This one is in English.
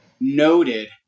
noted